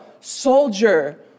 soldier